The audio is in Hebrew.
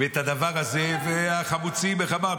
ואת הדבר הזה, והחמוצים, איך אמרת?